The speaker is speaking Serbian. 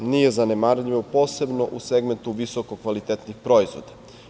Nije zanemarljivo, posebno u segmentu visokokvalitetnih proizvoda.